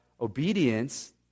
obedience